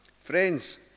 Friends